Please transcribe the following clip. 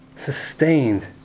Sustained